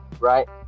right